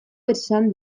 esan